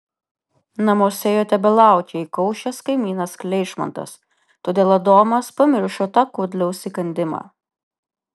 namuose jo tebelaukė įkaušęs kaimynas kleišmantas todėl adomas pamiršo tą kudliaus įkandimą